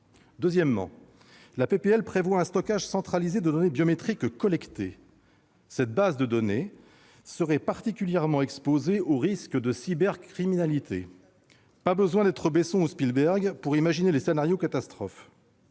proposition de loi prévoit le stockage centralisé des données biométriques collectées. Cette base de données serait particulièrement exposée aux risques de cybercriminalité. Nul besoin d'être Besson ou Spielberg pour imaginer des scénarios catastrophes